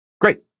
Great